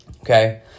okay